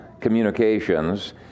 communications